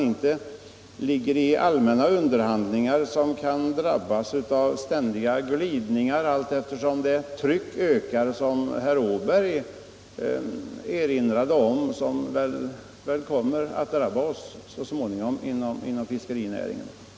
Vi bör inte ligga i allmänna underhandlingar som kan glida åt något för oss oönskat håll allteftersom det tryck som så småningom kommer att drabba oss inom fiskerinäringen ökar, vilket ju herr Åberg erinrade om.